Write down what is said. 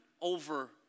over